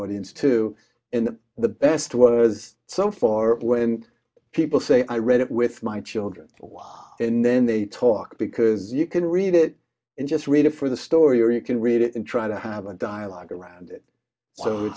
audience to in the best was so for when people say i read it with my children and then they talk because you can read it and just read it for the story or you can read it and try to have a dialogue around